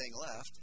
left